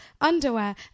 underwear